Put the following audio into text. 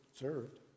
served